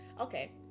Okay